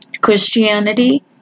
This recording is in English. Christianity